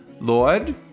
Lord